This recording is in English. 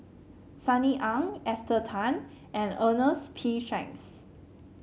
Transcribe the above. Sunny Ang Esther Tan and Ernest P Shanks